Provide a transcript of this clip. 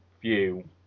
View